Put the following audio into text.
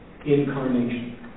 Incarnation